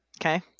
Okay